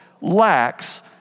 lacks